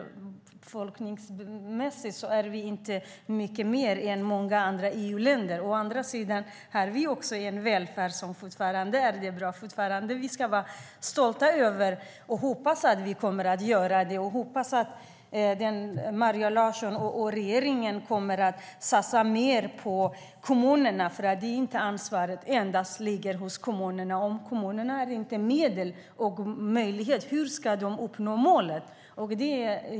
Befolkningsmässigt är vi inte bättre än många andra EU-länder. Men vi har fortfarande en välfärd som är bra, och vi ska fortfarande vara stolta. Jag hoppas att Maria Larsson och regeringen kommer att satsa mer på kommunerna. Ansvaret ligger inte bara hos kommunerna. Om kommunerna inte har medel och möjlighet hur ska de då uppnå målet?